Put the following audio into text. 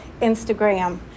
Instagram